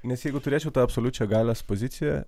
nes jeigu turėčiau tą absoliučią galios poziciją